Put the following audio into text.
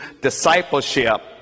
discipleship